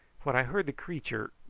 when i heard the creature,